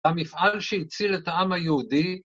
המפעל שהציל את העם היהודי